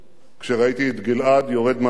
כשראיתי את גלעד יורד מהמסוק.